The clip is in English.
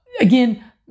Again